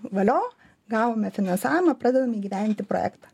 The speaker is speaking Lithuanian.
valio gavome finansavimą pradedam įgyvendinti projektą